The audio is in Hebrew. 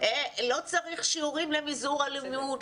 לא צריך שיעורים למזעור אלימות,